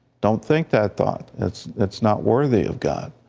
don't think that thought, it's it's not worthy of god.